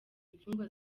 imfungwa